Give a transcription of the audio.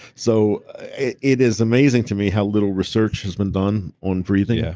so it is amazing to me how little research has been done on breathing, yeah